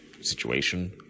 situation